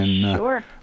Sure